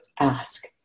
ask